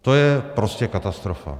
To je prostě katastrofa.